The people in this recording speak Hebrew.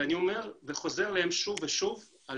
ואני אומר וחוזר ואומר שוב ושוב את